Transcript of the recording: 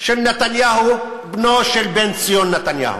של נתניהו בנו של בנציון נתניהו,